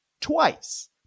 twice